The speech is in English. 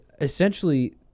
essentially